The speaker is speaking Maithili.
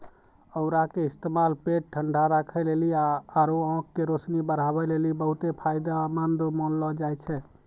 औरा के इस्तेमाल पेट ठंडा राखै लेली आरु आंख के रोशनी बढ़ाबै लेली बहुते फायदामंद मानलो जाय छै